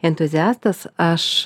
entuziastas aš